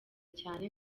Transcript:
cyane